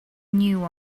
new